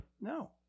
No